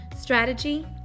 strategy